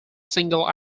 single